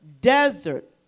desert